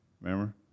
Remember